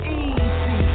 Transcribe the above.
easy